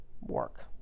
work